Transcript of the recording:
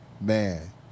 man